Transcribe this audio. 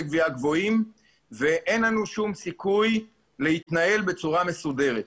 גבייה גבוהים ואין לנו שום סיכוי להתנהל בצורה מסודרת.